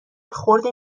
خرد